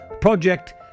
project